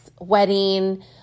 wedding